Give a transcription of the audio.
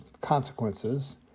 consequences